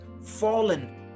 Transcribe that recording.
fallen